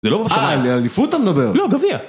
זה לא בשמיים. אה על אליפות אתה מדבר. לא, גביע.